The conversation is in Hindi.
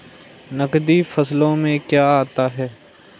नकदी फसलों में क्या आता है?